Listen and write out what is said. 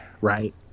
right